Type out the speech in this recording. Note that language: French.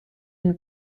une